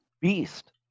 beast